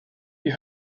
you